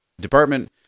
department